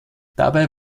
dabei